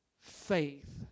faith